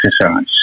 exercise